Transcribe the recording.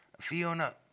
Fiona